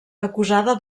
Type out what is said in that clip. acusada